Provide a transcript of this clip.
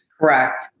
Correct